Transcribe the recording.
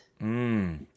Mmm